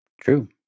True